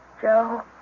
Joe